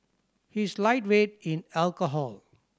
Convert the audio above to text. he is a lightweight in alcohol